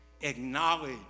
acknowledge